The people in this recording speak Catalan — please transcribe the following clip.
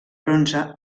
bronze